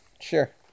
Sure